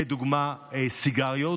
כדוגמת סיגריות,